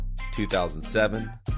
2007